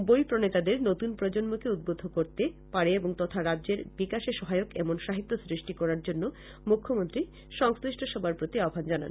বই প্রণেতাদের নতুন প্রজন্মকে উদ্বুদ্ধ করতে পারে তথা রাজ্যের বিকাশে সহায়ক এমন সাহিত্য সৃষ্টি করার জন্য মুখ্যমন্ত্রী সংশ্লিষ্ট সবার প্রতি আহ্বান জানান